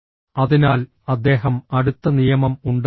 അതിനാൽ അദ്ദേഹം അടുത്ത നിയമം ഉണ്ടാക്കുന്നു